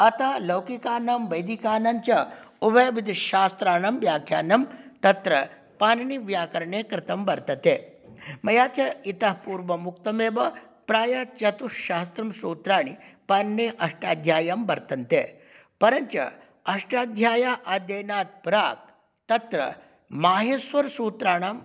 अतः लौकिकानां वैदिकानाञ्च उभयविधशास्त्राणां व्याख्यानं तत्र पाणिनीव्याकरणे कृतं वर्तते मया च इतः पूर्वं उक्तमेव प्रायः चतुस्सहस्रं सूत्राणि पाणिनेः अष्टाध्याय्यां वर्तन्ते परञ्च अष्टाध्याय्याः अध्ययनात् प्राक् तत्र माहेश्वरसूत्राणां